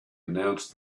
announced